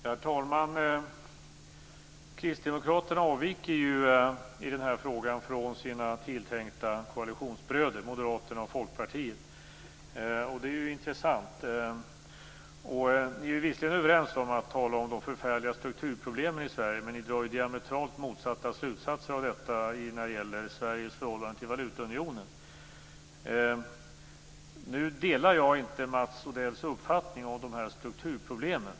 Herr talman! Kristdemokraterna avviker ju i den här frågan från sina tilltänkta koalitionsbröder, Moderaterna och Folkpartiet. Det är ju intressant. Ni är visserligen överens när ni talar om de förfärliga strukturproblemen i Sverige, men ni drar diametralt motsatta slutsatser av dessa när det gäller Sveriges förhållande till valutaunionen. Nu delar jag inte Mats Odells uppfattning om strukturproblemen.